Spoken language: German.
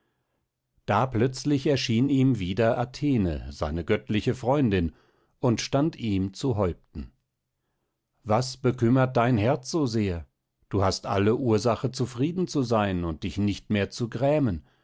da plötzlich erschien ihm wieder athene seine göttliche freundin und stand ihm zu häupten was bekümmert dein herz so sehr du hast alle ursache zufrieden zu sein und dich nicht mehr zu grämen